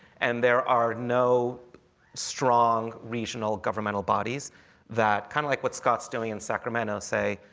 and there are no strong regional governmental bodies that, kind of like what scott's doing in sacramento, say,